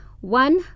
One